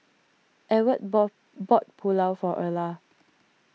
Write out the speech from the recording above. Ewart bought bought Pulao for Erla